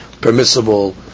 permissible